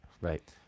right